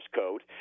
code